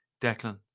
Declan